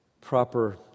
proper